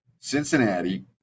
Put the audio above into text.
Cincinnati